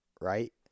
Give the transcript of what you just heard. right